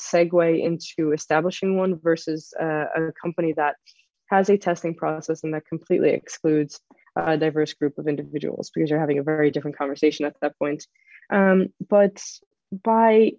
segue into establishing one versus a company that has a testing process and that completely excludes a diverse group of individuals because you're having a very different conversation at that point but by